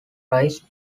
rise